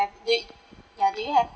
have do ya do you have